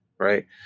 Right